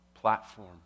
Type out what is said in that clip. platform